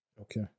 Okay